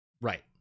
Right